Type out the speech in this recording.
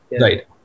right